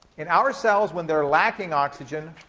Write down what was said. in our cells, when they're lacking oxygen,